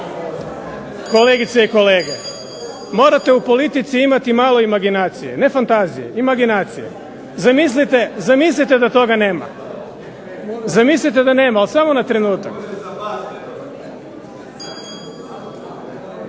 Kolegice i kolege, morate u politici imati malo imaginacije, ne fantazije, imaginacije. Zamislite da toga nema. Zamislite da nema, ali samo na trenutak.